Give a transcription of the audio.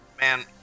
man